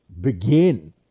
begin